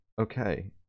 okay